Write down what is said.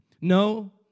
No